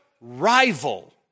rival